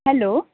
hello